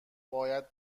باید